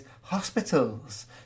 hospitals